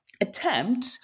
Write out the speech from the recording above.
attempt